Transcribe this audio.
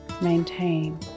maintain